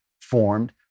formed